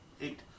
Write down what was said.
Eight